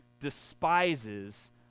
despises